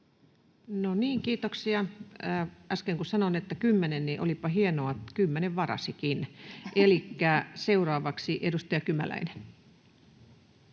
kiitoksia. — Äsken kun sanoin, että kymmenen, niin olipa hienoa, että kymmenen varasikin. — Elikkä seuraavaksi edustaja Kymäläinen.